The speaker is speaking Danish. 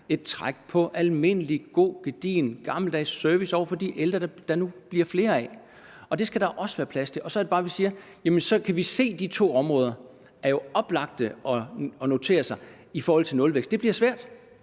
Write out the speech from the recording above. et træk på almindelig, god gedigen gammeldags service til de ældre, der nu bliver flere af, og det skal der også være plads til. Og så er det bare, at vi siger, at vi kan se, at de to områder jo er oplagte at notere sig i forhold til nulvækst, altså at det bliver svært.